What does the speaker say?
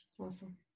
Awesome